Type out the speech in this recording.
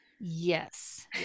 Yes